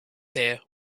there